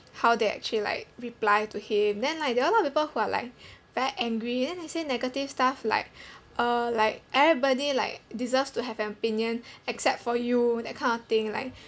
how they actually like reply to him then like there are a lot of people who are like very angry then they say negative stuff like uh like everybody like deserves to have an opinion except for you that kind of thing like